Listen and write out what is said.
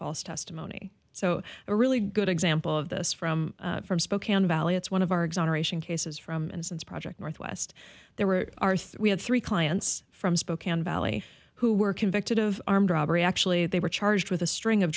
false testimony so a really good example of this from from spokane valley it's one of our exoneration cases from innocence project northwest there were arthur we had three clients from spokane valley who were convicted of armed robbery actually they were charged with a string of